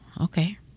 okay